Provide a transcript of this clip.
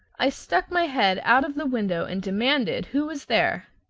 i stuck my head out of the window and demanded who was there.